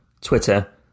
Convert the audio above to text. Twitter